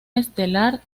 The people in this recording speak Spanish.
estelar